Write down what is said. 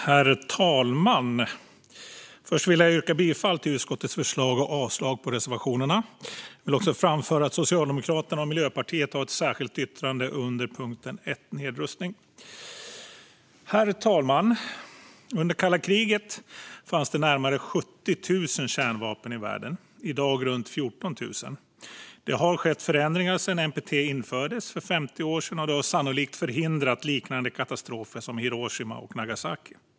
Herr talman! Jag vill först yrka bifall till utskottets förslag och avslag på reservationerna. Jag vill också framföra att Socialdemokraterna och Miljöpartiet har ett särskilt yttrande under punkt 1, Nedrustning. Herr talman! Under kalla kriget fanns det närmare 70 000 kärnvapen i världen. I dag finns runt 14 000. Det har skett förändringar sedan NPT infördes för 50 år sedan, och det har sannolikt förhindrat liknande katastrofer som Hiroshima och Nagasaki.